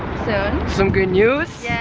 soon. some good news?